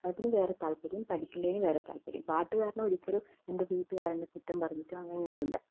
പാടുന്നതിന് വേറെ താല്പര്യം പഠിക്കുന്നതിന് വേറെ താല്പര്യം പാട്ടു കാരണം ഒരിക്കലും എൻ്റെ വീട്ടുകാർ എന്നെ കുറ്റം പറഞ്ഞിട്ടോ അങ്ങനെയൊന്നുമില്ല